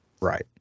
Right